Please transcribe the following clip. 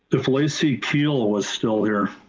if lacey kuehl was still there.